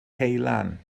ceulan